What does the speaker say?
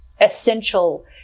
essential